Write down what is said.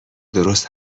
درست